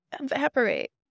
evaporate